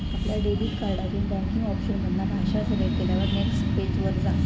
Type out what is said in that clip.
आपल्या डेबिट कार्डातून banking option मधना भाषा सिलेक्ट केल्यार नेक्स्ट पेज वर जा